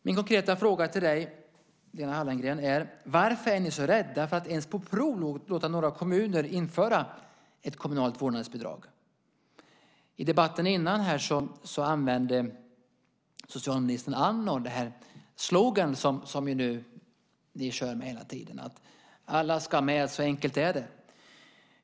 Min konkreta fråga till dig, Lena Hallengren, är: Varför är ni så rädda för att ens på prov låta några kommuner införa ett kommunalt vårdnadsbidrag? I debatten före den här använde socialminister Andnor den slogan som ni nu kör med hela tiden: Alla ska med - så enkelt är det!